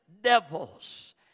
devils